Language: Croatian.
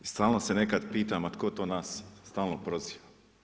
I stalno se nekad pitam a tko to nas stalno proziva.